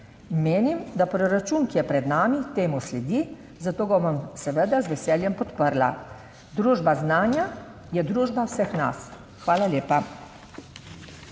Menim, da proračun, ki je pred nami, temu sledi, zato ga bom seveda z veseljem podprla. Družba znanja je družba vseh nas. Hvala lepa.